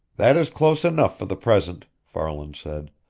that is close enough for the present! farland said.